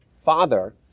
father